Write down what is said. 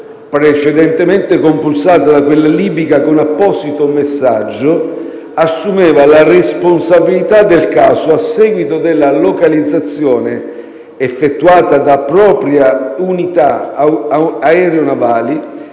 precedentemente compulsata da quella libica con apposito messaggio, assumeva la responsabilità del caso a seguito della localizzazione, effettuata da proprie unità aereonavali,